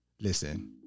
Listen